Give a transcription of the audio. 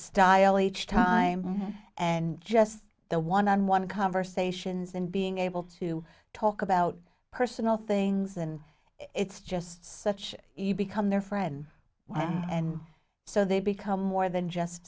style each time and just the one on one conversations and being able to talk about personal things and it's just such you become their friend and so they become more than just